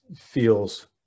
feels